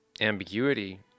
ambiguity